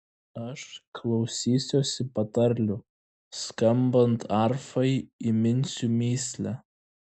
aš klausysiuosi patarlių skambant arfai įminsiu mįslę